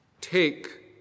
Take